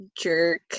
jerk